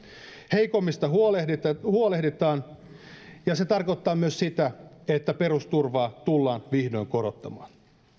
heikoimmista huolehditaan huolehditaan ja se tarkoittaa myös sitä että perusturvaa tullaan vihdoin korottamaan